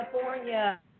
California